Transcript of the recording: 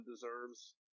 deserves